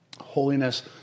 holiness